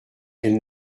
elle